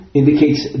indicates